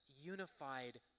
unified